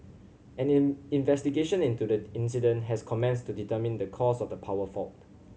an in investigation into the incident has commenced to determine the cause of the power fault